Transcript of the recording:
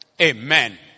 Amen